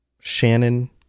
Shannon